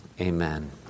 Amen